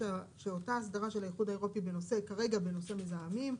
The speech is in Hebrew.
שאותה הסדרה של האיחוד האירופי כרגע בנושא מזהמים,